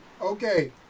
Okay